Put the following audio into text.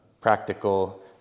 practical